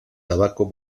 tabaco